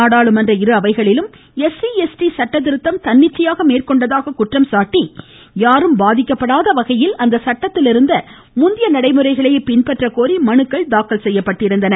நாடாளுமன்ற இரு அவைகளிலும் தன்னிச்சையாக மேற்கொண்டதாக குற்றம் சாட்டி யாரும் பாதிக்கப்படாத வகையில் அந்த சட்டத்திலிருந்த முந்தைய நடைமுறைகளையே பின்பற்ற கோரி மனுக்கள் தாக்கல் செய்யப்பட்டிருந்தன